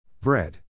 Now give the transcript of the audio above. Bread